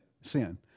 Sin